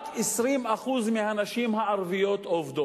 רק 20% מהנשים הערביות עובדות.